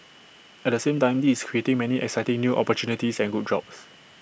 at the same time this is creating many exciting new opportunities and good jobs